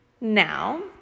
Now